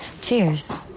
Cheers